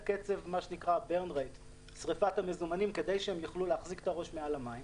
קצב שריפת המזומנים כדי שהם יוכלו להחזיק את הראש מעל המים,